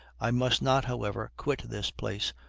i must not, however, quit this place,